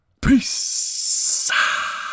Peace